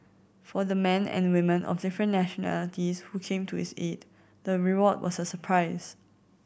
for the men and women of different nationalities who came to his aid the reward was a surprise